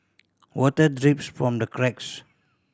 water drips from the cracks